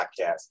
podcast